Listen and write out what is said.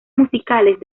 musicales